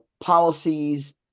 policies